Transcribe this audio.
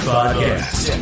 Podcast